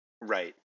right